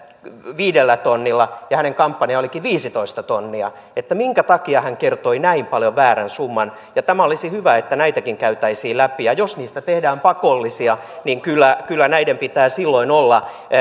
viidellä tonnilla ja hänen kampanjansa olisikin viisitoista tonnia että minkä takia hän kertoi näin paljon väärän summan olisi hyvä että näitäkin käytäisiin läpi ja jos niistä tehdään pakollisia niin kyllä kyllä niiden pitää silloin olla